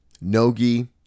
nogi